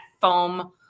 foam